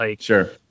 sure